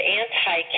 anti